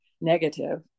negative